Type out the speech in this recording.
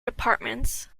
departments